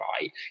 right